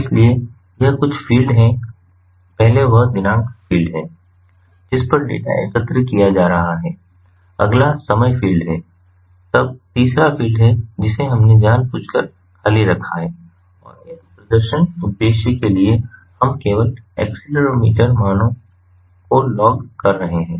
इसलिए यह कुछ फ़ील्ड है पहले वह दिनांक फ़ील्ड है जिस पर डेटा एकत्र किया जा रहा है अगला समय फ़ील्ड है तब तीसरा फ़ील्ड है जिसे हमने जानबूझकर खाली रखा है और इस प्रदर्शन उद्देश्य के लिए हम केवल एक्सीलेरोमीटर मानों को लॉग कर रहे हैं